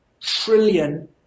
trillion